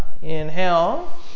inhale